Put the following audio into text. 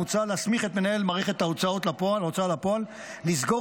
מוצע להסמיך את מנהל מערכת ההוצאה לפועל לסגור